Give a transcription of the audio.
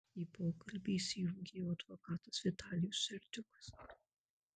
į pokalbį įsijungė jo advokatas vitalijus serdiukas